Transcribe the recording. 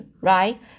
right